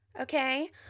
okay